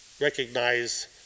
recognize